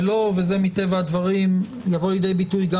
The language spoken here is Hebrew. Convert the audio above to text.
וזה מטבע הדברים יבוא לידי ביטוי גם